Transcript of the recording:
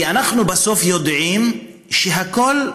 כי בסוף אנחנו יודעים שהכול,